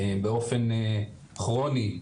באופן כרוני,